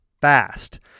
fast